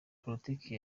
politiki